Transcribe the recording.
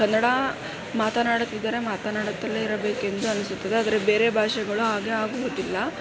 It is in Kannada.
ಕನ್ನಡ ಮಾತನಾಡುತ್ತಿದ್ದರೆ ಮಾತನಾಡುತ್ತಲೇ ಇರಬೇಕೆಂದು ಅನ್ನಿಸುತ್ತದ್ದೆ ಆದರೆ ಬೇರೆ ಭಾಷೆಗಳು ಹಾಗೆ ಆಗುವುದಿಲ್ಲ